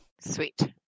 sweet